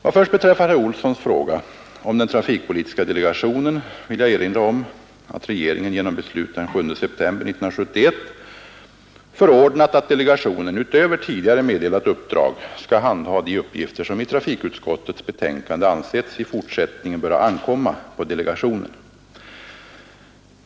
Vad först beträffar herr Olssons fråga om den trafikpolitiska delegationen vill jag erinra om att regeringen genom beslut den 7 september 1971 förordnat, att delegationen — utöver tidigare meddelat uppdrag — skall handha de uppgifter som i trafikutskottets betänkande ansetts i fortsättningen böra ankomma på delegationen.